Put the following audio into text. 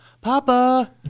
Papa